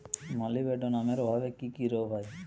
মলিবডোনামের অভাবে কি কি রোগ হয়?